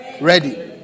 ready